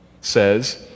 says